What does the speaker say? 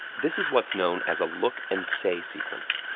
this is what's known as a look and say sequence.